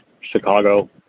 Chicago